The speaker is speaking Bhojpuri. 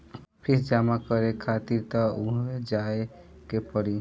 फ़ीस जमा करे खातिर तअ उहवे जाए के पड़ी